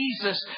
Jesus